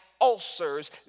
ulcers